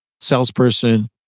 salesperson